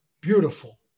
beautiful